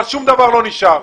אבל שום דבר לא נשאר.